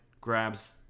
grabs